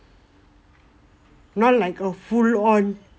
not like a full on